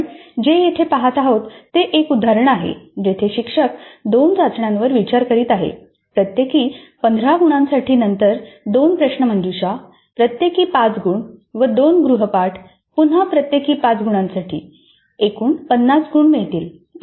आपण जे येथे पाहत आहोत ते एक उदाहरण आहे जेथे शिक्षक 2 चाचण्यांवर विचार करीत आहेत प्रत्येकी 15 गुणांसाठी नंतर 2 प्रश्नमंजुषा प्रत्येकी 5 गुण व 2 गृहपाठ पुन्हा प्रत्येकी 5 गुणांसाठी एकूण 50 गुण मिळतील